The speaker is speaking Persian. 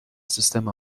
سیستم